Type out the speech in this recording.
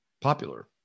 popular